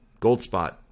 Goldspot